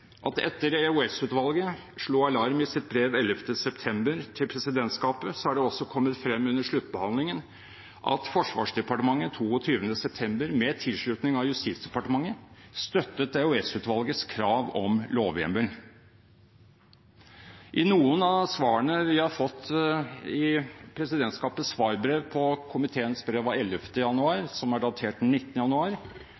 at etter at EOS-utvalget slo alarm i sitt brev 11. september til presidentskapet, er det også kommet frem under sluttbehandlingen at Forsvarsdepartementet 22. september, med tilslutning av Justis- og beredskapsdepartementet, støttet EOS-utvalgets krav om lovhjemmel. I noen av svarene vi har fått i presidentskapets svarbrev på komiteens brev av 11. januar,